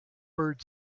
bird